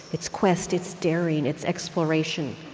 it's quest. it's daring. it's exploration.